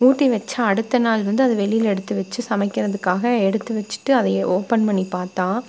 ஊற்றி வெச்சு அடுத்த நாள் வந்து அது வெளியில் எடுத்து வெச்சு சமைக்கிறதுக்காக எடுத்து வெச்சுட்டு அதை ஓப்பன் பண்ணி பார்த்தா